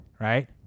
right